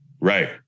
Right